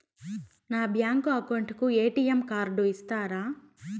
నా bank account కు ATM card ఇస్తారా